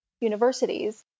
universities